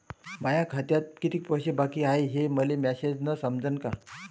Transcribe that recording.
माया खात्यात कितीक पैसे बाकी हाय हे मले मॅसेजन समजनं का?